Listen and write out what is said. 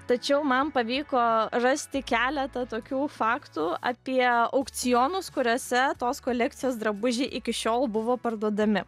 tačiau man pavyko rasti keletą tokių faktų apie aukcionus kuriuose tos kolekcijos drabužiai iki šiol buvo parduodami